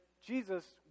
Jesus